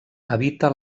habita